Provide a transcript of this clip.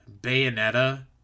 Bayonetta